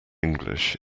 english